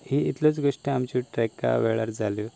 ह्यो इतल्योच गोश्टी आमच्या ट्रॅका वेळार जाल्यो